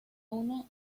uno